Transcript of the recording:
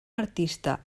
artista